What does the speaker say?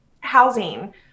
housing